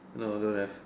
no don't have